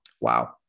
Wow